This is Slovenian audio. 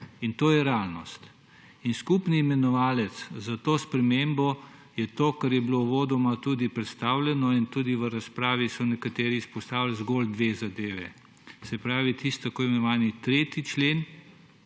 In to je realnost. In skupni imenovalec za to spremembo je to, kar je bilo uvodoma tudi predstavljeno in tudi v razpravi so nekateri izpostavili zgolj 2 zadevi, se pravi tisti tako imenovani 3. člen